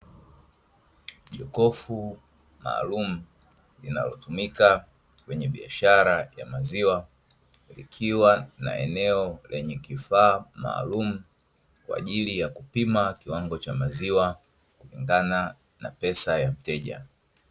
Jokofu maalumu linalotumika kwenye biashara ya maziwa, likiwa na eneo lenye kifaa maalumu kwa ajili ya kupima kiwango cha maziwa kulingana na pesa ya mteja.